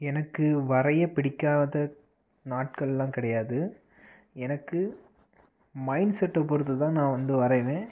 எனக்கு வரைய பிடிக்காத நாட்களெலாம் கிடையாது எனக்கு மைண்ட்செட்டை பொருத்து தான் நான் வந்து வரைவேன்